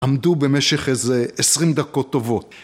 ‫עמדו במשך איזה 20 דקות טובות.